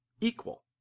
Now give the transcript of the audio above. equal